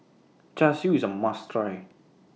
Char Siu IS A must Try